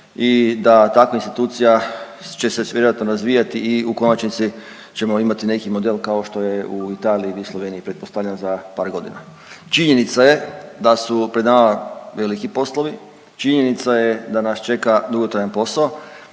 i da takva institucija će se vjerojatno razvijati i u konačnici ćemo imati neki model kao što je u Italiji ili Sloveniji pretpostavljam za par godina. Činjenica je da su pred nama veliki poslovi, činjenica je da nas čeka dugotrajan posao